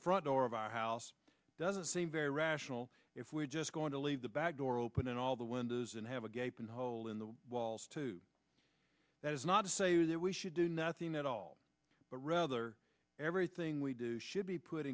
the front door of our house doesn't seem very rational if we're just going to leave the back door open all the windows and have a gaping hole in the walls too that is not to say that we should do nothing at all but rather everything we do should be put